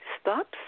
stops